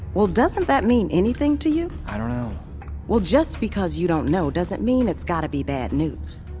well, doesn't that mean anything to you? i don't know well, just because you don't know doesn't mean it's gotta be bad news